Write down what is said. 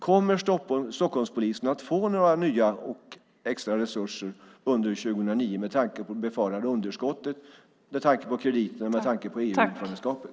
Kommer Stockholmspolisen att få några nya och extra resurser under 2009 med tanke på det befarade underskottet, med tanke på krediterna och med tanke på EU-ordförandeskapet?